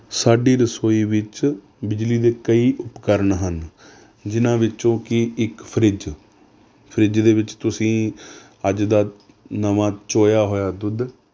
ਸਾਡੀ ਰਸੋਈ ਵਿੱਚ ਬਿਜਲੀ ਦੇ ਕਈ ਉਪਕਰਣ ਹਨ ਜਿਹਨਾਂ ਵਿੱਚੋਂ ਕਿ ਇੱਕ ਫਰਿੱਜ ਫਰਿੱਜ ਦੇ ਵਿੱਚ ਤੁਸੀਂ ਅੱਜ ਦਾ ਨਵਾਂ ਚੋਇਆ ਹੋਇਆ ਦੁੱਧ